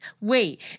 Wait